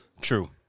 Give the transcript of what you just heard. True